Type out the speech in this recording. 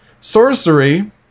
Sorcery